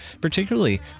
particularly